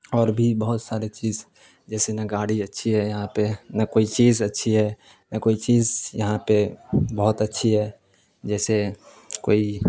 اور بھی بہت سارے چیز جیسے نہ گاڑی اچھی ہے یہاں پہ نہ کوئی چیز اچھی ہے نہ کوئی چیز یہاں پہ بہت اچھی ہے جیسے کوئی